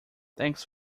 thanks